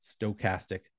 stochastic